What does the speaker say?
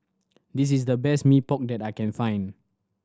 this is the best Mee Pok that I can find